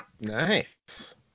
Nice